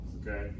Okay